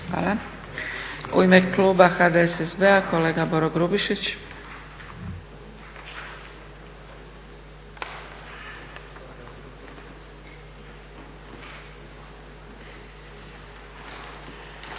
Hvala. U ime kluba HDSSB-a kolega Boro Grubišić.